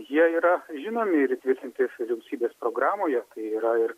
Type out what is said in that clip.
jie yra žinomi ir įtvirtinti vyriausybės programoje tai yra ir